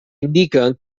indiquen